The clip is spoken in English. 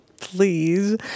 Please